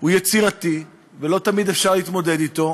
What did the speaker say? הוא יצירתי, ולא תמיד אפשר להתמודד אתו,